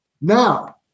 Now